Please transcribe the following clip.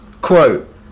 quote